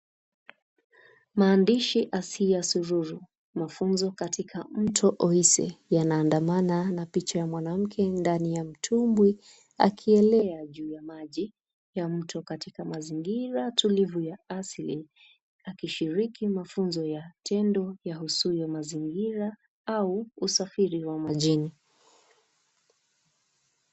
Maandishi Asiya Sururu mafunzo katika mto Oise yanaandamana na picha ya mwanamke ndani ya mtubwi akielea juu ya maji ya mto katika mazingira tulivu ya asili akishiriki mafunzo ya tendo ya uzuri wa mazingira au usafiri wa majini.